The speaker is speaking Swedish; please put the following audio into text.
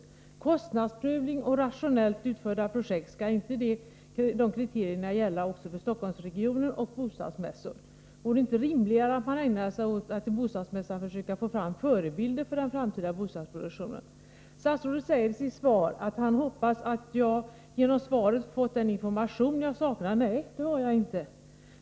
Skall inte kriterierna kostnadsprövning och rationellt utförda projekt gälla även för Stockholmsregionen och för bostadsmässor? Vore det inte rimligare att man ägnade sig åt att till bostadsmässan försöka få fram förebilder för den framtida bostadsproduktionen? Statsrådet säger i sitt svar att han hoppas att jag genom svaret fått den information jag saknade. Nej, det har jag inte.